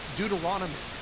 Deuteronomy